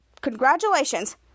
Congratulations